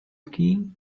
key